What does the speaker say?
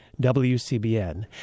WCBN